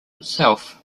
itself